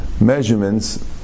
measurements